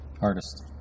artist